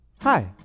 Hi